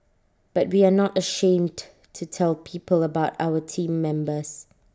but we are not ashamed to tell people about our Team Members